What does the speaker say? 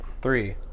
Three